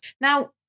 now